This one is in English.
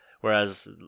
whereas